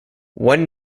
one